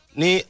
ni